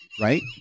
Right